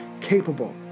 capable